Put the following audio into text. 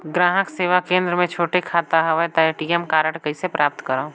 ग्राहक सेवा केंद्र मे छोटे खाता हवय त ए.टी.एम कारड कइसे प्राप्त करव?